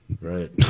right